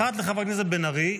אחת לחברת הכנסת בן ארי,